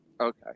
Okay